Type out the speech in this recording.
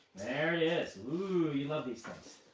there it is. ooo, you love these things.